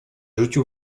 rzucił